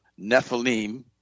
Nephilim